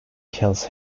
kills